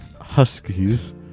huskies